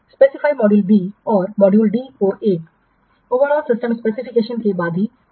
निर्दिष्ट module B और module D को इस समग्र सिस्टम स्पेसिफिकेशन के बाद ही शुरू किया जा सकता है